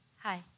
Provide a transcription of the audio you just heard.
hi